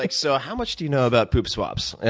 like so, how much do you know about poop swabs?